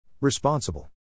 Responsible